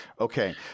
Okay